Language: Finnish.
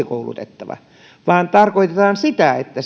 koulutettavaa eli tarkoittaa sitä että